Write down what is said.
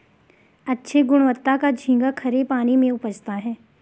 अच्छे गुणवत्ता का झींगा खरे पानी में उपजता है